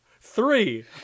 Three